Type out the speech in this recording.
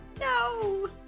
No